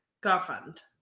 Girlfriend